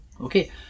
Okay